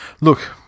Look